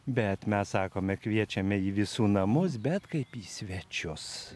bet mes sakome kviečiame į visų namus bet kaip į svečius